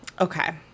Okay